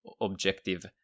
objective